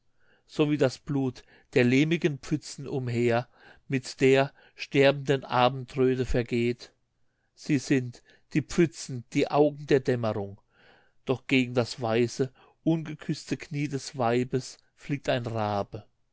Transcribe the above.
so wie das blut der lehmigen pfützen umher mit der sterbenden abendröte vergeht sie sind die pfützen die augen der dämmerung doch gegen das weiße ungeküßte knie des weibes fliegt ein rabe